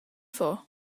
for